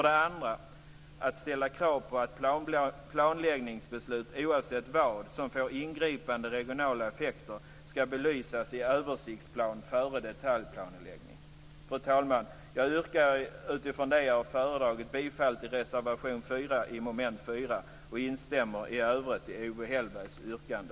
Det andra är att ställa krav på att planläggningsbeslut, oavsett vad som får ingripande regionala effekter, skall belysas i översiktsplan före detaljplanläggning. Fru talman! Jag yrkar utifrån det jag föredragit bifall till reservation 4 under mom. 4 och instämmer i övrigt i Owe Hellbergs yrkande.